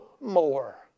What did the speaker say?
more